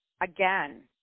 again